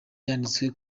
yanditswe